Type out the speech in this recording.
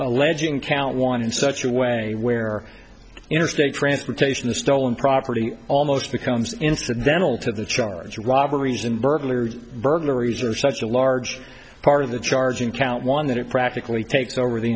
alleging count one in such a way where interstate transportation the stolen property almost becomes incidental to the charge of robberies and burglaries burglaries are such a large part of the charge in count one that it practically takes over the